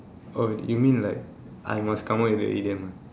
oh you mean like I must come up with the idiom ah